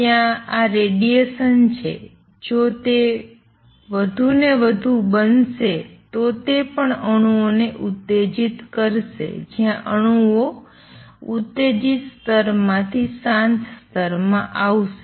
ત્યાં આ રેડિએશન છે જો તે વધુને વધુ બનશે તો તે પણ અણુઓને ઉત્તેજીત કરશે જ્યાં અણુઓ ઉતેજીત સ્તર માથી શાંત સ્તરમાં આવશે